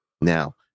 Now